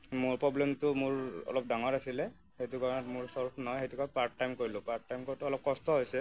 মোৰ প্ৰব্লেমটো মোৰ অলপ ডাঙৰ আছিলে সেইটো কাৰণত মোৰ চ'ল্ভ নহয় সেইটো কাৰণত পাৰ্ট টাইম কৰিলোঁ পাৰ্ট টাইম কৰোঁতে অলপ কষ্ট হৈছে